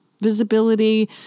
visibility